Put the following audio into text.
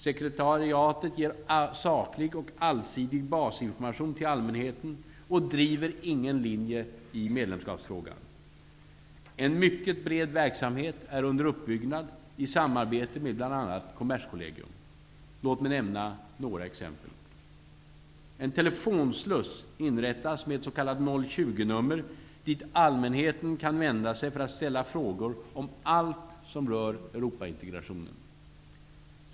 Sekretariatet ger saklig och allsidig basinformation till allmänheten och driver ingen linje i medlemskapsfrågan. En mycket bred verksamhet är under uppbyggnad, i samarbete med bl.a. Kommerskollegium. Låt mig nämna några exempel: En telefonsluss inrättas med ett s.k. 020-nummer, dit allmänheten kan vända sig för att ställa frågor om allt som rör Europaintegrationen.